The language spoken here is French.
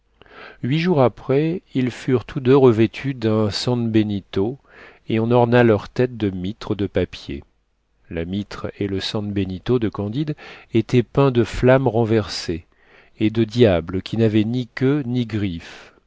huit jours après ils furent tous deux revêtus d'un san benito et on orna leurs têtes de mitres de papier la mitre et le san benito de candide étaient peints de flammes renversées et de diables qui n'avaient ni queues ni griffes